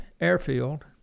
Airfield